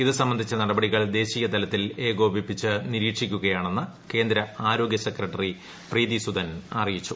ഇത് സംബന്ധിച്ച നടപടികൾ ദേശീയതലത്തിൽ ഏകോപിപ്പിച്ച് നിരീക്ഷിക്കുകയാണെന്ന് കേന്ദ്ര ആരോഗ്യ സെക്രട്ടറി പ്രീതി സുധൻ അറിയിച്ചു